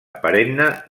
perenne